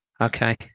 Okay